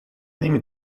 نمی